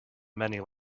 many